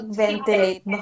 ventilate